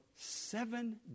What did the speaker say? seven